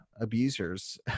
abusers